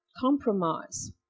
compromise